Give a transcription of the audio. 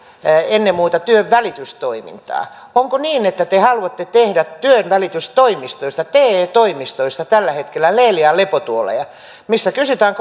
ennen muuta työnvälitystoimintaa onko niin että te haluatte tehdä työnvälitystoimistoista te toimistoista tällä hetkellä leelian lepotuoleja joissa kysytään